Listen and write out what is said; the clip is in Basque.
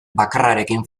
bakarrarekin